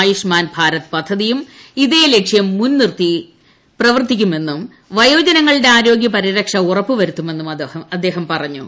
ആയുഷ്മാൻ ഭാരത് പദ്ധതിയും ഇതേ ലക്ഷ്യം മുൻനിർത്തി പ്രവർത്തിക്കുമെന്നും വയോജനങ്ങളുടെ ആരോഗൃപരിരക്ഷ ഉറപ്പൂ വരുത്തുമെന്നും അദ്ദേഹം പറഞ്ഞു